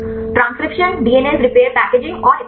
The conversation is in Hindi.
ट्रांसक्रिप्शन डीएनएस रिपेयर पैकेजिंग और इतियादी